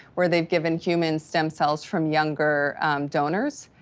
where they've given human stem cells from younger donors.